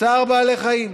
צער בעלי חיים,